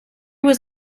was